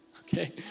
okay